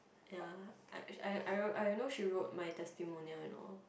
ya I I I know she wrote my testimonial you know